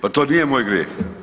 Pa to nije moj grijeh.